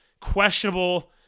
questionable